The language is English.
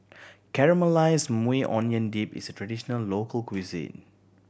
Caramelize Maui Onion Dip is a traditional local cuisine